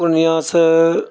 पूर्णिया सऽ